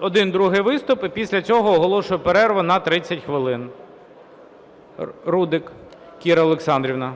один, другий виступ і після цього оголошую перерву на 30 хвилин. Рудик Кіра Олександрівна.